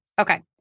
Okay